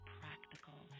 practical